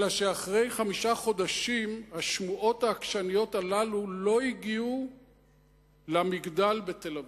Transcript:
אלא שאחרי חמישה חודשים השמועות העקשניות הללו לא הגיעו למגדל בתל-אביב.